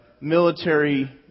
military